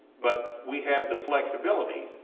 but we have the flexibility